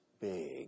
big